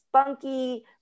spunky